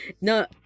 No